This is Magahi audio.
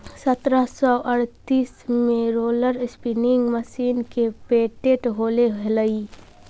सत्रह सौ अड़तीस में रोलर स्पीनिंग मशीन के पेटेंट होले हलई